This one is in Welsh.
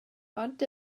ond